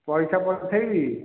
ପଇସା ପଠାଇବି